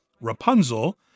Rapunzel